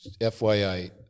FYI